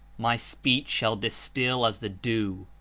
my speech shall distil as the dew,